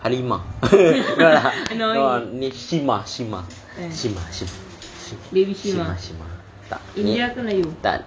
halimah no lah no ah shimah shimah shimah shimah shimah shimah tak ni tak